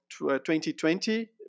2020